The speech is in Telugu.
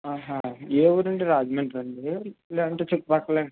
ఏ ఊరండి రాజమండ్రి అండి లేదంటే చుట్టుపక్కలా